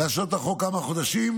להשהות את החוק כמה חודשים,